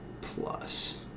plus